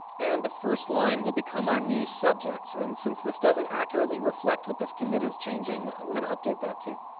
and the first line will become our new subjects and since this doesn't accurately reflect what this commit is changing, i'm gonna update that too.